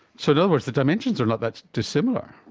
so in other words the dimensions are not that dissimilar.